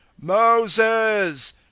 Moses